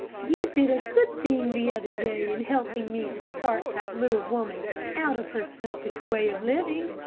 you did a good thing the other day in helping me to start that little woman out of her selfish way of living.